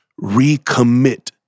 recommit